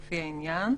לפי העניין,